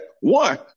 one